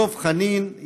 דב חנין,